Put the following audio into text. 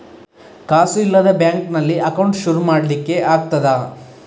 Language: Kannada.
ಕಾಸು ಇಲ್ಲದ ಬ್ಯಾಂಕ್ ನಲ್ಲಿ ಅಕೌಂಟ್ ಶುರು ಮಾಡ್ಲಿಕ್ಕೆ ಆಗ್ತದಾ?